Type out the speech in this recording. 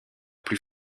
plus